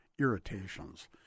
irritations